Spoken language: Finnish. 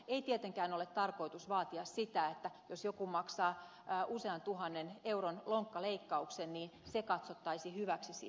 ei tietenkään ole tarkoitus vaatia sitä että jos joku maksaa usean tuhannen euron lonkkaleikkauksen niin se katsottaisiin hyväksi